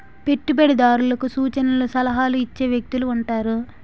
పెట్టుబడిదారులకు సూచనలు సలహాలు ఇచ్చే వ్యక్తులు ఉంటారు